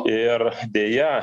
ir deja